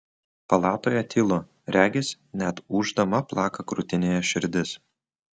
palatoje tylu regis net ūždama plaka krūtinėje širdis